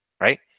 right